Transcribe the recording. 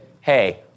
hey